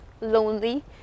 lonely